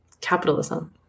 Capitalism